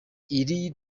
iri